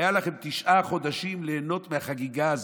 היו לכם תשעה חודשים ליהנות מהחגיגה הזאת,